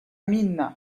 mine